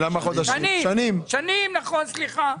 נכון, שנים.